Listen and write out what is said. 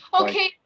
Okay